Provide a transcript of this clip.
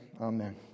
Amen